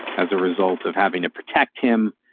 as a result of having to protect him.